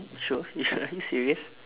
sure you su~ are you serious